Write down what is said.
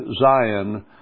Zion